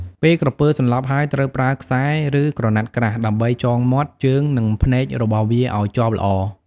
ពេលក្រពើសន្លប់ហើយ ត្រូវប្រើ ខ្សែ ឬ ក្រណាត់ក្រាស់ ដើម្បីចងមាត់ ជើង និងភ្នែករបស់វាឲ្យជាប់ល្អ។